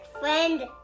friend